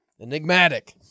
Enigmatic